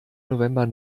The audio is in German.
november